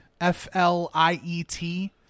F-L-I-E-T